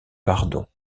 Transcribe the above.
pardon